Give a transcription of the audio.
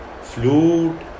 flute